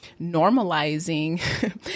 normalizing